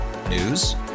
News